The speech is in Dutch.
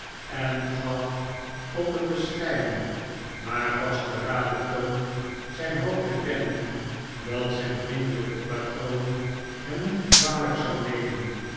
en gaf op een bescheiden maar vastberaden toon zijn hoop te kennen dat zijn vriendelijke patroon het hem niet kwalijk zou nemen